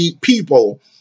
people